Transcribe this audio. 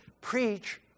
preach